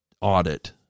audit